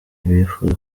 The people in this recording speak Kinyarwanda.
ntibifuza